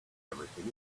everything